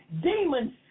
demons